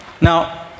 Now